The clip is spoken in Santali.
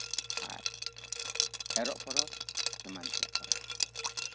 ᱟᱨ ᱮᱨᱮᱜ ᱯᱚᱨᱚᱵᱽ ᱮᱢᱟᱱ ᱛᱮᱭᱟᱜ ᱯᱚᱨᱚᱵᱽ ᱠᱚ